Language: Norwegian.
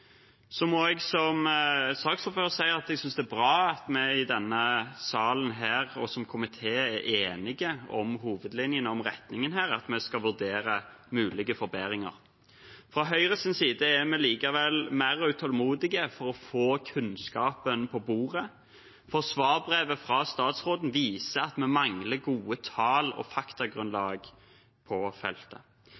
Så må jeg som saksordfører si at jeg synes det er bra at vi her i denne salen, og som komité, er enige om hovedlinjene og om retningen her, og at vi skal vurdere mulige forbedringer. Fra Høyres side er vi likevel mer utålmodige etter å få kunnskapen på bordet, for svarbrevet fra statsråden viser at vi mangler gode tall og